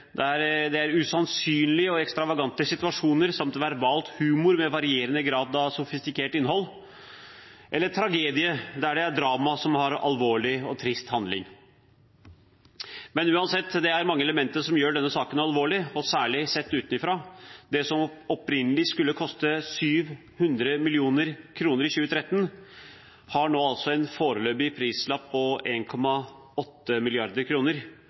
der alt kan skje, farse der det er usannsynlige og ekstravagante situasjoner, samt verbal humor med en varierende grad av sofistikert innhold eller tragedie der det er et drama som har en alvorlig og trist handling. Uansett er det mange elementer som gjør denne saken alvorlig, særlig sett utenfra. Det som opprinnelig skulle koste 700 mill. kr i 2013, har altså nå en foreløpig prislapp på